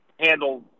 handle